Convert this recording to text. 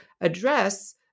address